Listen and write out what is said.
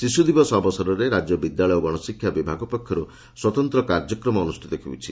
ଶିଶୁ ଦିବସ ଅବସରରେ ରାଜ୍ୟ ବିଦ୍ୟାଳୟ ଓ ଗଣଶିକ୍ଷା ବିଭାଗ ପକ୍ଷରୁ ସ୍ୱତନ୍ତ କାର୍ଯ୍ୟକ୍ରମ ଅନୁଷ୍ବିତ ହେଉଛି